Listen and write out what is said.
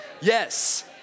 Yes